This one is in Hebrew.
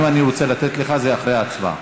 אם אני רוצה לתת לך, זה אחרי ההצבעה.